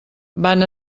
van